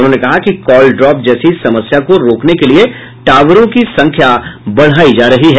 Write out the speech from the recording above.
उन्होंने कहा कि कॉल ड्रॉप जैसी समस्या को रोकने के लिये टावरों की संख्या बढ़ायी जा रही है